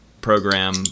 Program